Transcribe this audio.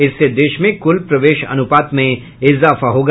इससे देश में कुल प्रवेश अनुपात में इजाफा होगा